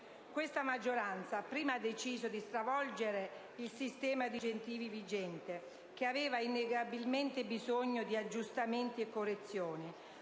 Questa maggioranza prima ha deciso di stravolgere il sistema di incentivi vigente, che aveva innegabilmente bisogno di aggiustamenti e correzioni;